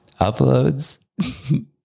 uploads